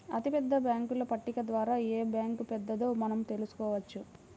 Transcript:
అతిపెద్ద బ్యేంకుల పట్టిక ద్వారా ఏ బ్యాంక్ పెద్దదో మనం తెలుసుకోవచ్చు